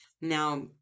Now